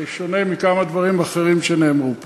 זה שונה מכמה דברים אחרים שנאמרו פה,